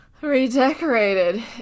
Redecorated